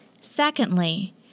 Secondly